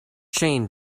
chain